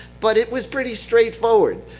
but it was pretty straightforward.